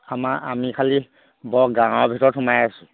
আমাৰ আমি খালি বৰ গাঁৱৰ ভিতৰত সোমাই আছোঁ